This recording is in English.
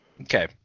Okay